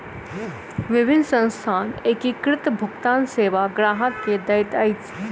विभिन्न संस्थान एकीकृत भुगतान सेवा ग्राहक के दैत अछि